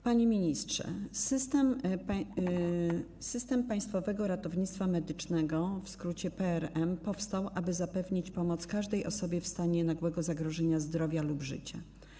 Panie Ministrze! System Państwowego Ratownictwa Medycznego, w skrócie: PRM, powstał, aby zapewnić pomoc każdej osobie w stanie nagłego zagrożenia zdrowia lub życia.